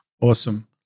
Awesome